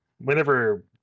Whenever